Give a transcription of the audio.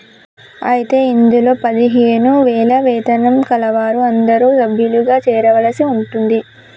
అయితే ఇందులో పదిహేను వేల వేతనం కలవారు అందరూ సభ్యులుగా చేరవలసి ఉంటుంది